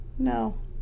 No